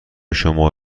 شما